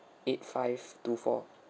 eight five two four